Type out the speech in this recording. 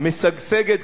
משגשגת,